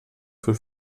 für